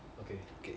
okay